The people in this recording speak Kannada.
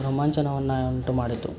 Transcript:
ರೊಮಾಂಚನವನ್ನು ಉಂಟು ಮಾಡಿತು